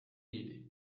idi